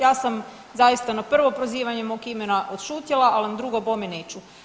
Ja sam zaista na prvo prozivanje mog imena odšutjela, ali na drugo bome neću.